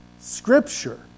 scripture